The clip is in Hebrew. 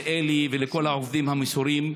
לאלי ולכל העובדים המסורים,